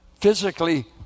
Physically